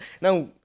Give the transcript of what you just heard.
now